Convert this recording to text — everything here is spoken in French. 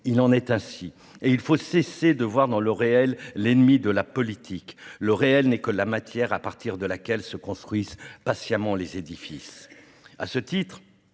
Il en est ainsi, et il faut cesser de voir dans le réel l'ennemi de la politique. Le réel n'est que la matière à partir de laquelle se construisent patiemment les édifices. À